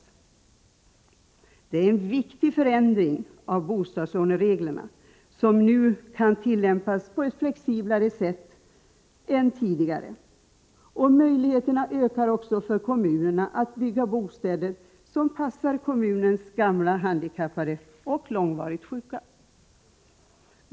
Detta innebär en viktig förändring av bostadslånereglerna, som nu kan tillämpas på ett flexiblare sätt än tidigare. Möjligheterna ökar också för kommunerna att bygga sådan bostäder som passar deras gamla, handikappade och långvarigt sjuka.